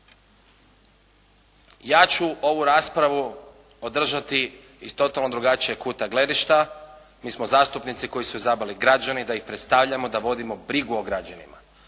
Ja ću ovu raspravu održati iz totalno drugačijeg kuta gledišta. Mi smo zastupnici koje su izabrali građani da ih predstavljamo, da vodimo brigu o građanima